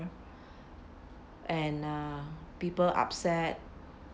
and uh people upset